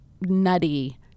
nutty